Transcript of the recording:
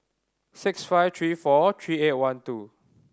six five three four three eight one two